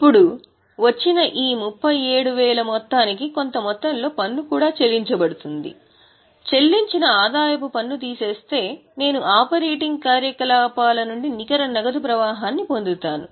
ఇప్పుడు ఈ 37000 మొత్తానికి కొంత మొత్తంలో పన్ను కూడా చెల్లించబడుతుంది చెల్లించిన ఆదాయపు పన్ను తీసేస్తే నేను ఆపరేటింగ్ కార్యకలాపాల నుండి నికర నగదు ప్రవాహాన్ని పొందుతున్నాను